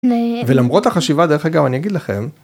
ולמרות החשיבה דרך אגב אני אגיד לכם